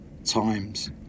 Times